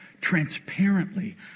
transparently